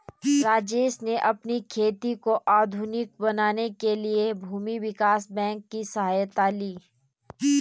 राजेश ने अपनी खेती को आधुनिक बनाने के लिए भूमि विकास बैंक की सहायता ली